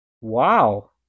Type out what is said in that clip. Wow